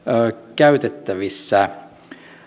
käytettävissä